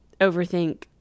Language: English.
overthink